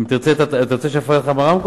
אתה רוצה שאני אפרט לך ברמקול?